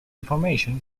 information